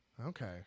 Okay